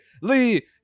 Lee